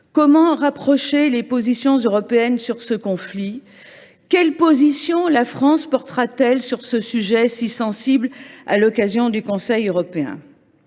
Comment rapprocher les positions européennes sur ce conflit ? Quelle position la France portera t elle sur ce sujet si sensible à l’occasion du Conseil européen ?